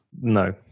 no